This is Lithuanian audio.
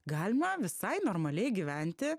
galima visai normaliai gyventi